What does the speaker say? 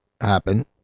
happen